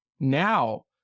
now